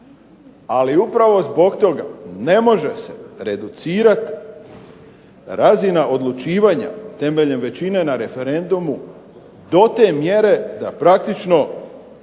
Ali upravo zbog toga ne može se reducirati razina odlučivanja temeljem većine na referendumu do te mjere da praktično